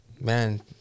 Man